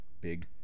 big